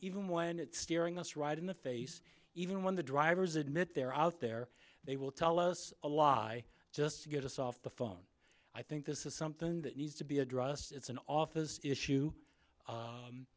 even when it's staring us right in the face even when the drivers admit they're out there they will tell us a lot i just to get us off the phone i think this is something that needs to be addressed it's an office issue